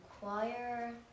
choir